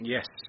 Yes